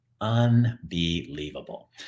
Unbelievable